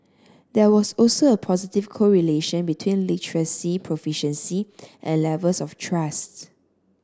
there was also a positive correlation between literacy proficiency and levels of trust